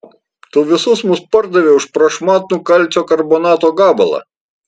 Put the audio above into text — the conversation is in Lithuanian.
tu visus mus pardavei už prašmatnų kalcio karbonato gabalą